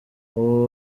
ubu